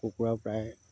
কুকুৰা প্ৰায়